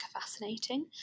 fascinating